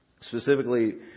specifically